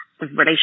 relationship